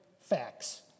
facts